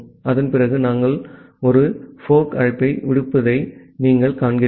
அதன்பிறகு நாங்கள் ஒரு போர்க் அழைப்பு விடுப்பதை நீங்கள் காண்கிறீர்கள்